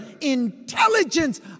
intelligence